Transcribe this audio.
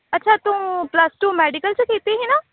ਅੱਛਾ ਤੂੰ plus two medical 'ਚ ਕੀਤੀ ਹੀ ਨਾ